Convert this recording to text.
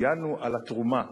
וציינו את התרומה,